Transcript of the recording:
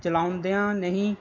ਚਲਾਉਂਦੇ ਨਹੀਂ